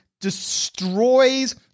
destroys